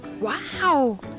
Wow